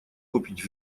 купить